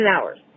hours